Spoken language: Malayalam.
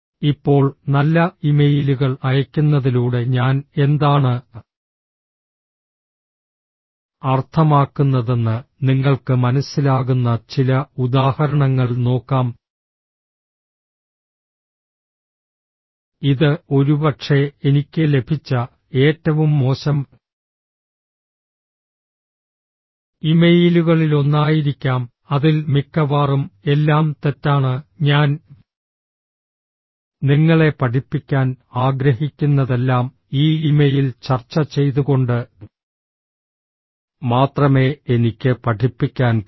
ഇപ്പോൾ നല്ല ഇമെയിലുകൾ അയയ്ക്കുന്നതിലൂടെ ഞാൻ എന്താണ് അർത്ഥമാക്കുന്നതെന്ന് നിങ്ങൾക്ക് മനസ്സിലാകുന്ന ചില ഉദാഹരണങ്ങൾ നോക്കാം ഇത് ഒരുപക്ഷേ എനിക്ക് ലഭിച്ച ഏറ്റവും മോശം ഇമെയിലുകളിലൊന്നായിരിക്കാം അതിൽ മിക്കവാറും എല്ലാം തെറ്റാണ് ഞാൻ നിങ്ങളെ പഠിപ്പിക്കാൻ ആഗ്രഹിക്കുന്നതെല്ലാം ഈ ഇമെയിൽ ചർച്ച ചെയ്തുകൊണ്ട് മാത്രമേ എനിക്ക് പഠിപ്പിക്കാൻ കഴിയൂ